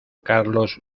carlos